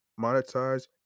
monetize